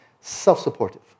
self-supportive